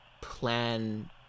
plan